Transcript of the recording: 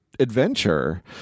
adventure